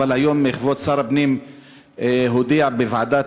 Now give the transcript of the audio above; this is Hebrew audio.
אבל היום כבוד שר הפנים הודיע בוועדת